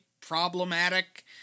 problematic